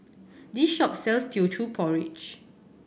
this shop sells Teochew Porridge